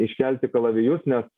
iškelti kalavijus nes